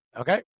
Okay